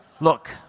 Look